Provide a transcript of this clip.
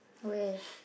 where